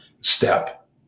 step